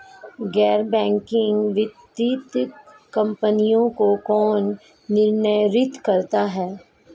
गैर बैंकिंग वित्तीय कंपनियों को कौन नियंत्रित करता है?